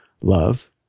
love